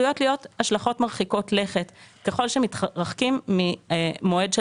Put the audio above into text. עשויות להיות השלכות מרחיקות לכת ככל שמתרחקים ממועד של